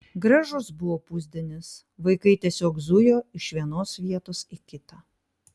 gražus buvo pusdienis vaikai tiesiog zujo iš vienos vietos į kitą